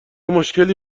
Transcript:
مشکلی